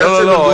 זה סדר הגודל.